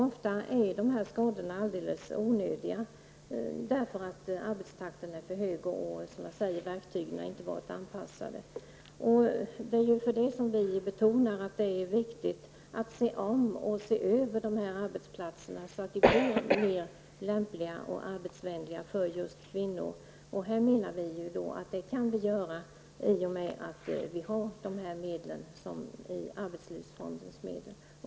Ofta är sådana här arbetsskador helt onödiga. Arbetstakten är helt enkelt alltför hög, och verktygen är inte, som sagt, anpassade till kvinnornas förutsättningar. Mot den bakgrunden betonar vi att det är viktigt att förhållandena ses över på sådana här arbetsplatser. Det gäller ju att göra arbetsplatserna mera lämpade och arbetsvänliga med tanke på just kvinnorna. Detta är möjligt att åstadkomma genom de medel som finns inom arbetslivsfonden.